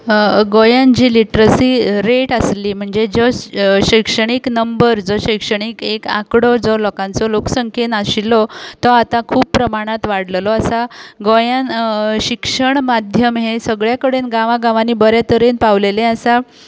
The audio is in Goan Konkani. गोंयान जी लिटरसी रेट आशिल्ली म्हणजे जो शिक्षणीक नंबर जो शैक्षणीक एक आंकडो जो लोकांचो लोक संख्येन आशिल्लो तो आतां खूब प्रमाणांत वाडलेलो आसा गोंयांत शिक्षण माध्यम हें सगळें कडेन गांवा गांवानी बरें तरेन पावलेलें आसा